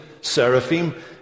seraphim